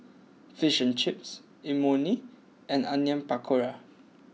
Fish and Chips Imoni and Onion Pakora